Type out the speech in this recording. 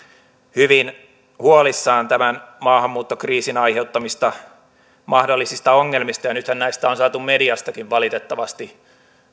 hyvin huolissaan tämän maahanmuuttokriisin aiheuttamista mahdollisista ongelmista nythän näistä on saatu mediastakin valitettavasti